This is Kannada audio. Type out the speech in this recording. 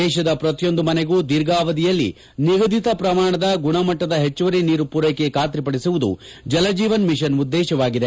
ದೇಶದ ಪ್ರತಿಯೊಂದು ಮನೆಗೂ ದೀರ್ಘಾವಧಿಯಲ್ಲಿ ನಿಗದಿತ ಪ್ರಮಾಣದ ಗುಣಮಣ್ವದ ಹೆಚ್ಚುವರಿ ನೀರು ಪೂರೈಕೆ ಖಾತರಿಪಡಿಸುವುದು ಜಲ್ಜೀವನ್ ಮಿಷನ್ನ ಉದ್ದೇಶವಾಗಿದೆ